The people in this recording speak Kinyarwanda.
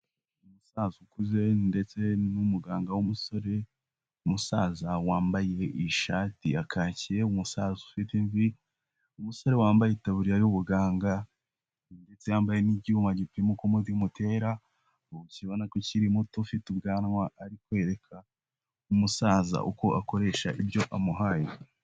Umusaza ukuze ndetse n'umuganga w'umusore, umusaza wambaye ishati ya kake, umusaza ufite imvi, umusore wambaye itaburiya y'ubuganga ndetse yambaye n'icyuma gipima uko umutima utera, ukibona ko ukiri muto ufite ubwanwa ari kwereka umusaza uko akoresha ibyo amuhaye.